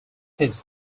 his